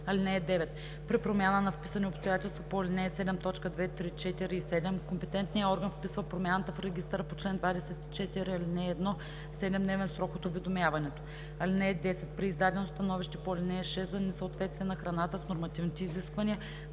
(9) При промяна на вписани обстоятелства по ал. 7, т. 2, 3, 4 и 7 компетентният орган вписва промяната в регистъра по чл. 24, ал. 1 в 7-дневен срок от уведомяването. (10) При издадено становище по ал. 6 за несъответствие на храната с нормативните изисквания